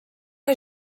que